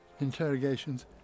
interrogations